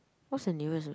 what's the nearest one